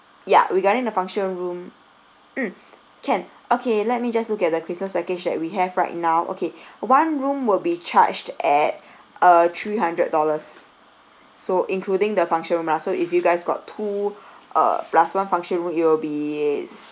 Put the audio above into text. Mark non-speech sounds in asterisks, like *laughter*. ya regarding the function room mm can okay let me just look at the christmas package that we have right now okay *breath* one room will be charged at *breath* uh three hundred dollars so including the function room lah so if you guys got two *breath* uh plus one function room it will be